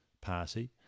party